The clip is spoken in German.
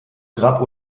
grab